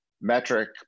metric